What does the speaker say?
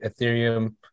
Ethereum